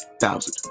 thousand